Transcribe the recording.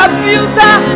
abuser